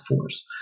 force